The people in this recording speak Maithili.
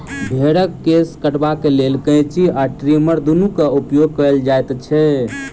भेंड़क केश कटबाक लेल कैंची आ ट्रीमर दुनूक उपयोग कयल जाइत छै